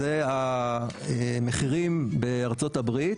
אלו המחירים בארצות הברית,